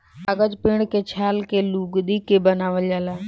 कागज पेड़ के छाल के लुगदी के बनावल जाला